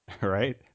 Right